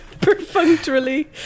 Perfunctorily